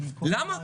למה?